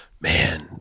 Man